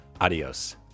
adios